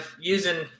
using